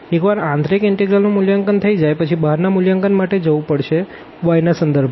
એકવાર ઇન્નર ઇનટેગ્રલનું મૂલ્યાંકન થઈ જા પછી બહારના મૂલ્યાંકન માટે જવું પડશે y ના સંદર્ભમાં